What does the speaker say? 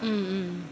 mm mm mm